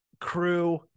crew